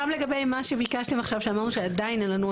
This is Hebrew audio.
גם לגבי מה שביקשתם עכשיו שאמרנו שעדיין אין לנו,